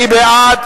מי בעד?